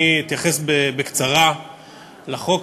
אני אתייחס בקצרה לחוק.